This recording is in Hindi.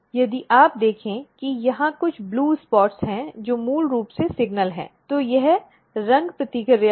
यदि आप देखें कि यहां कुछ नीले धब्बे हैं जो मूल रूप से सिग्नल हैं तो यह रंग प्रतिक्रिया है